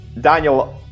Daniel